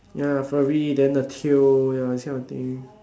ya furry then the tail those kind of things